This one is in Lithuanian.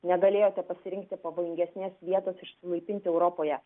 negalėjote pasirinkti pavojingesnės vietos išsilaipinti europoje